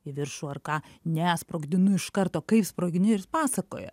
į viršų ar ką ne sprogdinu iš karto kaip sprogini ir jis pasakoja